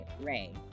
Ray